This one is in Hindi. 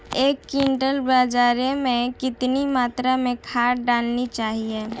एक क्विंटल बाजरे में कितनी मात्रा में खाद डालनी चाहिए?